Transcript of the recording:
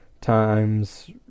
times